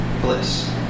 bliss